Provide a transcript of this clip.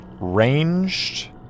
ranged